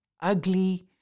ugly